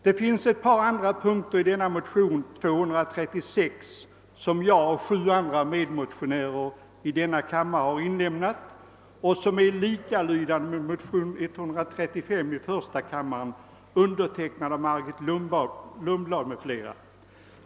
Det finns ett par andra punkter i motionen 236, som jag tillsammans med sju medmotionärer i denna kammare har lämnat in och som är likalydande med motionen 135 i första kammaren, undertecknad av fru Margit Lundblad m.fl.